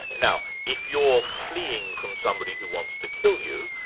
and now if you're fleeing from somebody who wants to kill you,